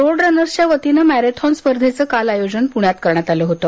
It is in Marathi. रोड रनर्सच्यावतीनं मॅरेथॉन स्पर्धेचं काल आयोजन करण्यात आलं होतं